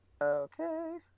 Okay